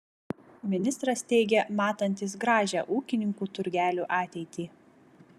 ministras teigė matantis gražią ūkininkų turgelių ateitį